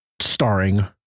Starring